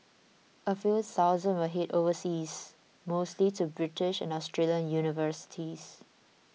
a few thousand will head overseas mostly to British and Australian universities